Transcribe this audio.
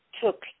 took